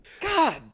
God